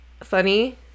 funny